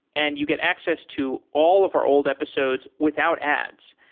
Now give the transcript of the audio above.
and you get access to all of our old episodes without ads.